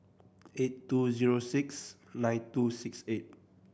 eight two zero six nine two six eight